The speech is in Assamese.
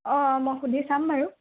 অ অ মই সুধি চাম বাৰু